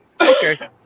Okay